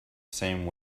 same